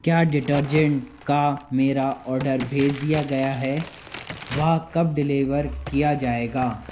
क्या डिटर्जेंट का मेरा आर्डर भेज दिया गया है वह कब डिलीवर किया जाएगा